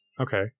okay